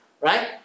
right